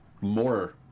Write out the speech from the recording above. more